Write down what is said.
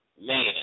man